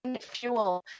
Fuel